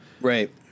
Right